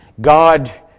God